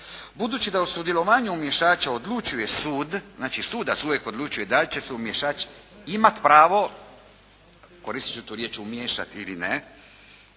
Budući da o sudjelovanju umiješača odlučuje sud, znači sudac uvijek odlučuje da li će se umiješač imati pravo, koristiti ću tu riječ, umiješati ili ne,